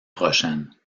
prochaine